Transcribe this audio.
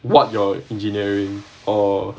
what your engineering or